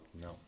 No